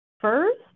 first